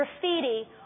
graffiti